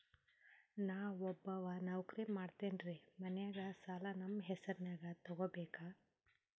ನಾ ಒಬ್ಬವ ನೌಕ್ರಿ ಮಾಡತೆನ್ರಿ ಮನ್ಯಗ ಸಾಲಾ ನಮ್ ಹೆಸ್ರನ್ಯಾಗ ತೊಗೊಬೇಕ?